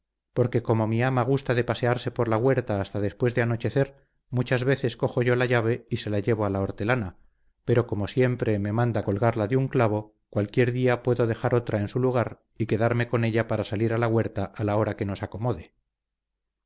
porque como mi ama gusta de pasearse por la huerta hasta después de anochecer muchas veces cojo yo la llave y se la llevo a la hortelana pero como siempre me manda colgarla de un clavo cualquier día puedo dejar otra en su lugar y quedarme con ella para salir a la huerta a la hora que nos acomode